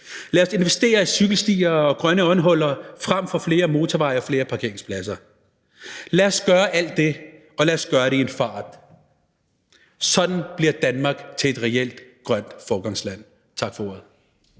Lad os investere i cykelstier og grønne åndehuller frem for i flere motorveje og flere parkeringspladser. Lad os gøre alt det, og lad os gøre det i en fart. Sådan bliver Danmark til et reelt grønt foregangsland. Tak for ordet.